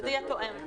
שיהיה תואם.